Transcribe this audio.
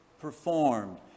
performed